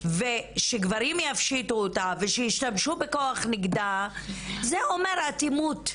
ושגברים יפשיטו אותה ושישתמשו בכוח נגדה - זה אומר אטימות.